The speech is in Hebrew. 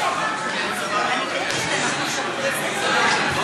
מסי העירייה ומסי הממשלה (פטורין)